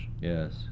Yes